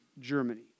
Germany